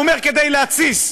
הוא אמר: כדי להתסיס,